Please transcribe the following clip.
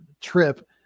trip